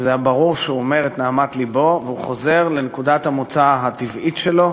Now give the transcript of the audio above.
והיה ברור שהוא אומר את נהמת לבו והוא חוזר לנקודת המוצא הטבעית שלו,